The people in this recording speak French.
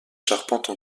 charpentes